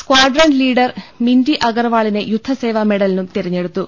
squadron leader Minty അഗർവാളിനെ യുദ്ധസേവാ മെഡലിനും തെരഞ്ഞെടുത്തു